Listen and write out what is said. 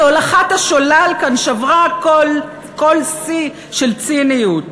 כי הולכת השולל כאן שברה כל שיא של ציניות,